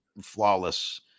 flawless